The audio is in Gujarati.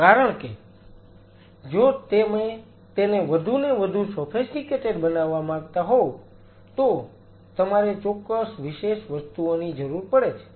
કારણ કે જો તમે તેને વધુને વધુ સોફિસ્ટિકેટેડ બનાવવા માંગતા હોવ તો તમારે ચોક્કસ વિશેષ વસ્તુઓની જરૂર પડે છે